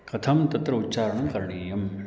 कथं तत्र उच्चारणं करणीयम्